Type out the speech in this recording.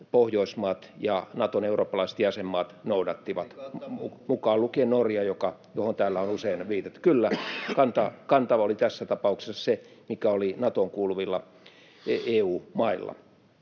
Pohjoismaat ja Naton eurooppalaiset jäsenmaat noudattivat, mukaan lukien Norja, johon täällä on usein viitattu. [Markus Mustajärvi: Eli kanta muuttui!] — Kyllä, kanta oli tässä tapauksessa se, mikä oli Natoon kuuluvilla EU-mailla.